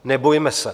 Nebojme se!